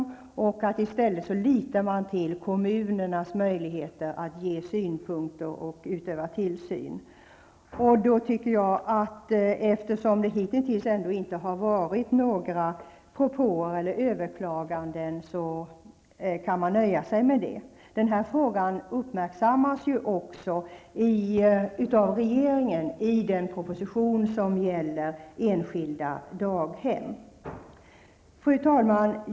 I stället litar de till kommunernas möjligheter att ge synpunkter och utöva tillsyn. Eftersom det hitintills inte har förekommit några propåer eller överklaganden på denna punkt, tycker jag att man kan nöja sig med detta. Den här frågan uppmärksammas ju också av regeringen i den proposition som gäller enskilda daghem. Fru talman!